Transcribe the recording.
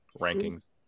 rankings